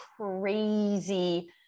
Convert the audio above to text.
crazy